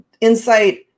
insight